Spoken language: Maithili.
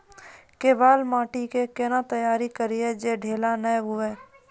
केवाल माटी के कैना तैयारी करिए जे ढेला नैय हुए?